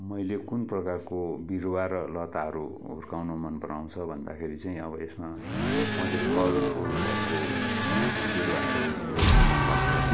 मैले कुन प्रकारको बिरुवा र लताहरू हुर्काउनु मन पराउँछु भन्दाखेरि चाहिँ अब यसमा म चाहिँ फलफुलहरको बिरुवाहरू रोप्नु मन लाग्छ